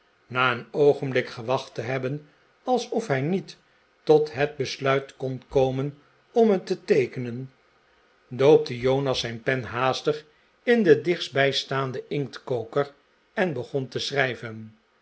na een oogenblik gewacht te hebben alsof hij niet tot het besluit kon komen om het te teekenen doopte jonas zijn pen haastig in den dichtstbijstaanden inktkoker en begon te schrijven